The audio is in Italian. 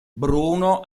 bruno